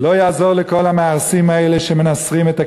לא יעזור לכל המהרסים האלה שמנסרים את הקיום.